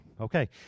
okay